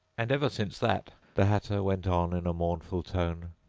and ever since that the hatter went on in a mournful tone,